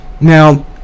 now